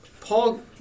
Paul